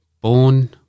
Born